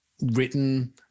written